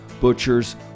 butchers